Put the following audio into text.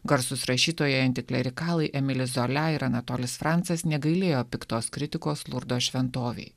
garsūs rašytojai antiklerikalai emilis zola ir anatolis francas negailėjo piktos kritikos lurdo šventovėje